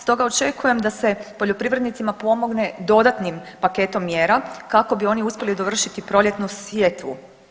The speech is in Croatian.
Stoga očekujem da se poljoprivrednicima pomogne dodatnim paketom mjera kako bi oni uspjeli dovršiti proljetnu sjetvu.